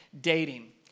dating